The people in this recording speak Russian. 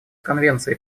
конвенции